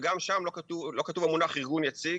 וגם שם לא כתוב המונח ארגון יציג,